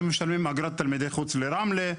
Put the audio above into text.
הם משלמים אגרת תלמידי חוץ לרמלה.